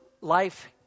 life